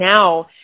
now